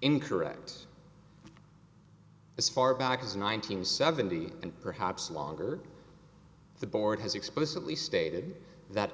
incorrect as far back as nine hundred seventy and perhaps longer the board has explicitly stated that